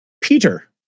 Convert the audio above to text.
Peter